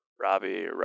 Robbie